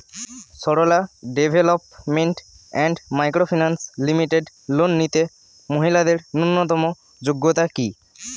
Sarala development and micro finance limited loan নিতে মহিলাদের ন্যূনতম যোগ্যতা কী?